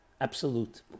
absolute